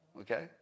okay